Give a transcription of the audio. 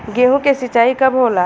गेहूं के सिंचाई कब होला?